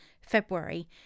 February